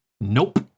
Nope